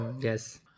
Yes